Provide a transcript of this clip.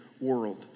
world